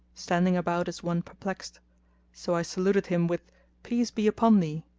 standing about as one perplexed so i saluted him with peace be upon thee,